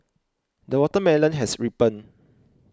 the watermelon has ripened